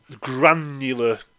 granular